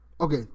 Okay